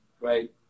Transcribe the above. right